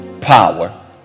power